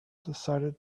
decided